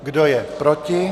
Kdo je proti?